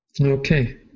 Okay